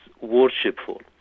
worshipful